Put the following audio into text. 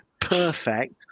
perfect